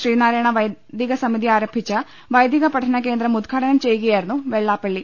ശ്രീനാരായണ വൈദികസമിതി ആരം ഭിച്ച വൈദിക പഠന കേന്ദ്രം ഉദ്ഘാടനം ചെയ്യുകയായിരുന്നു വെള്ളാപ്പള്ളി